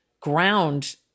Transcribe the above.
ground